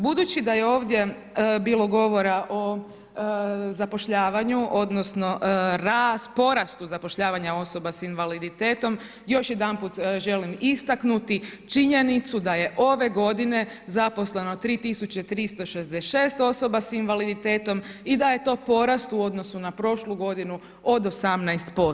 Budući da je ovdje bilo govora o zapošljavanju odnosno porastu zapošljavanja osoba s invaliditetom još jedanput želim istaknuti činjenicu da je ove godine zaposleno 3366 osoba s invaliditetom i da je to porast u odnosu na prošlu godinu od 18%